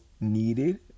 needed